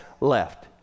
left